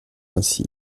ainsi